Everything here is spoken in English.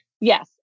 yes